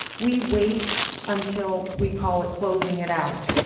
we wait until we call it closing it out.